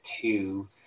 two